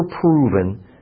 proven